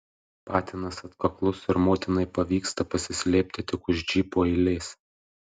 patinas atkaklus ir motinai pavyksta pasislėpti tik už džipų eilės